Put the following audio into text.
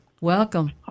Welcome